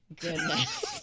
goodness